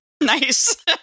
Nice